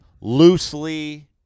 loosely